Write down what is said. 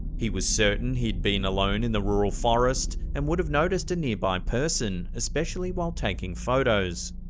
he was certain he'd been alone in the rural forest, and would have noticed a nearby person, especially while taking photos.